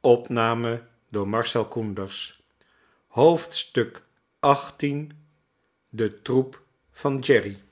xviii de troep van jerry